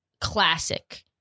Classic